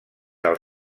del